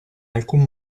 alcun